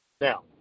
Now